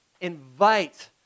invite